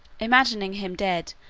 imagining him dead,